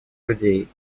людей